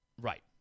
Right